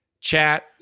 chat